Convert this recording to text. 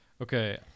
Okay